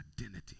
identity